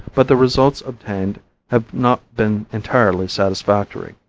but the results obtained have not been entirely satisfactory.